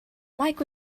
mike